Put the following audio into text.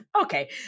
Okay